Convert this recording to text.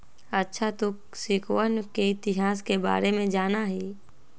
अच्छा तू सिक्कवन के इतिहास के बारे में जाना हीं?